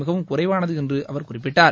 மிகவும் குறைவானது என்று அவர் குறிப்பிட்டார்